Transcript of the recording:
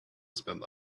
spend